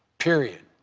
period,